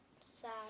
Sad